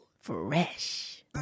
fresh